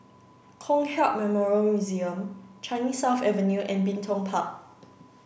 Kong Hiap Memorial Museum Changi South Avenue and Bin Tong Park